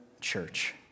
church